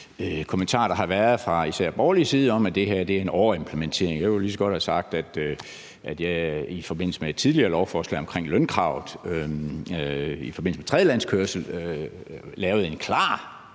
kommentarer, der har været fra især borgerlig side om, at det her er en overimplementering, og jeg kunne jo lige så godt have sagt, at man f.eks. i forbindelse med et tidligere lovforslag omkring lønkravet i forbindelse med tredjelandskørsel lavede en klart